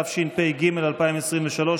התשפ"ג 2023,